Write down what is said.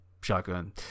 shotgun